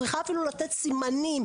צריכה אפילו לתת סימנים.